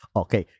okay